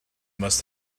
must